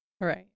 right